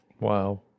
Wow